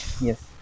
Yes